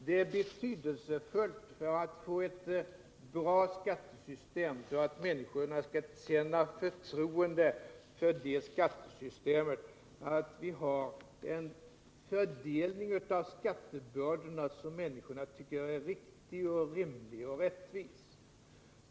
Det är betydelsefullt, för att vi skall få ett bra skattesystem och för att människorna skall känna förtroende för det skattesystemet, att vi har en fördelning av skattebördorna som människorna tycker är riktig, rimlig och rättvis.